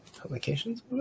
Publications